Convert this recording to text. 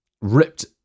Ripped